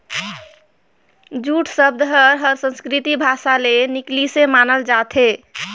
jute सबद हर संस्कृति भासा ले निकलिसे मानल जाथे